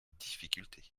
difficultés